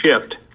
shift